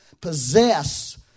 possess